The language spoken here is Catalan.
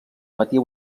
patia